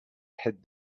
hid